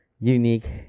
unique